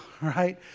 right